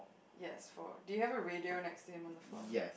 yes floor do you have a radio next to him on the floor